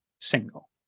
single